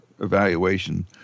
evaluation